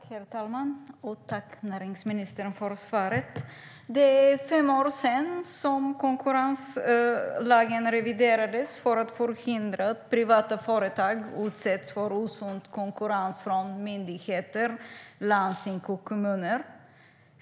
Herr talman! Jag tackar näringsministern för svaret. Det är fem år sedan konkurrenslagen reviderades för att förhindra att privata företag utsätts för osund konkurrens från myndigheter, landsting och kommuner.